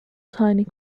tiny